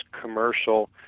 commercial